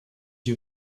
you